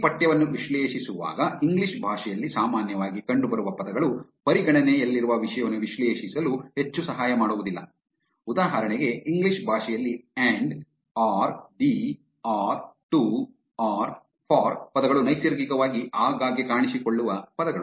ಈಗ ಪಠ್ಯವನ್ನು ವಿಶ್ಲೇಷಿಸುವಾಗ ಇಂಗ್ಲಿಷ್ ಭಾಷೆಯಲ್ಲಿ ಸಾಮಾನ್ಯವಾಗಿ ಕಂಡುಬರುವ ಪದಗಳು ಪರಿಗಣನೆಯಲ್ಲಿರುವ ವಿಷಯವನ್ನು ವಿಶ್ಲೇಷಿಸಲು ಹೆಚ್ಚು ಸಹಾಯ ಮಾಡುವುದಿಲ್ಲ ಉದಾಹರಣೆಗೆ ಇಂಗ್ಲಿಷ್ ಭಾಷೆಯಲ್ಲಿ and or the or to or for ಪದಗಳು ನೈಸರ್ಗಿಕವಾಗಿ ಆಗಾಗ್ಗೆ ಕಾಣಿಸಿಕೊಳ್ಳುವ ಪದಗಳು